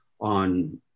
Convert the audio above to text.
on